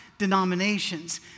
denominations